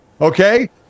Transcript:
okay